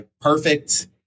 perfect